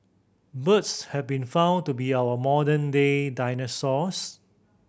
birds have been found to be our modern day dinosaurs